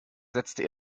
setzte